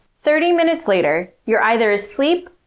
thirty minutes later, you're either asleep,